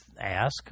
ask